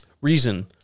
reason